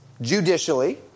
judicially